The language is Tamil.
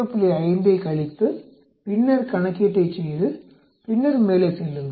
5 ஐக் கழித்து பின்னர் கணக்கீட்டைச் செய்து பின்னர் மேலே செல்லுங்கள்